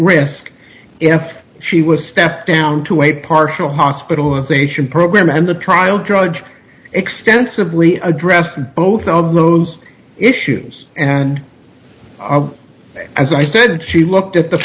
risk if she was stepped down to a partial hospitalization program and the trial judge extensively addressed both of those issues and as i said she looked at the